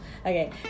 Okay